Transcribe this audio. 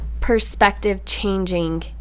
perspective-changing